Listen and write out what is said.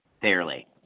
fairly